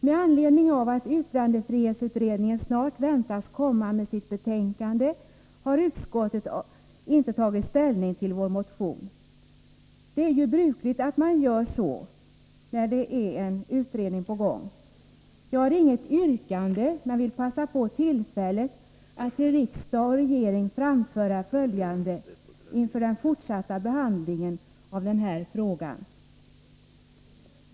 Med anledning av att yttrandefrihetsutredningen snart väntas lägga fram sitt betänkande har utskottet inte tagit ställning till vår motion. Det är ju brukligt att man gör så när en utredning är på gång. Jag har inget yrkande men vill passa på tillfället att till riksdag och regering framföra följande inför den fortsatta behandlingen av den här frågan.